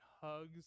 Hugs